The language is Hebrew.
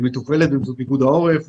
היא מתוכללת עם פיקוד העורף.